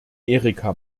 erika